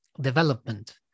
development